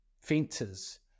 fences